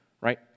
right